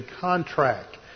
contract